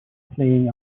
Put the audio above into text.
playing